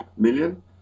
million